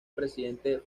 presidente